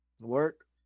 work